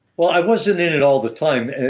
well, i wasn't in it all the time.